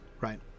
right